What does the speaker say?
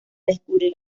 descubrir